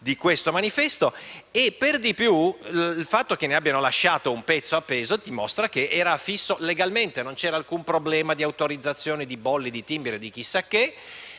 di questo manifesto e, per di più, il fatto che ne abbiano lasciato un pezzo appeso dimostra che era affisso legalmente: non vi era alcun problema di autorizzazione, di bolli, di timbri o di chissà che.